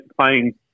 playing